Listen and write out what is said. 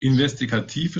investigative